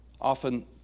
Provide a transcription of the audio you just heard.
Often